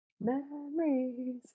Memories